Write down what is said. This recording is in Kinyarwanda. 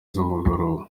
z’umugoroba